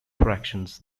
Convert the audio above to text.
fractions